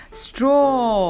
straw